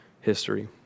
history